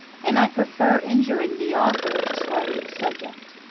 and i prefer injuring the author to slighting the subject.